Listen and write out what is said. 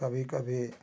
कभी कभी